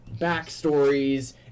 backstories